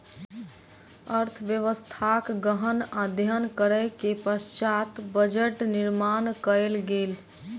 अर्थव्यवस्थाक गहन अध्ययन करै के पश्चात बजट निर्माण कयल गेल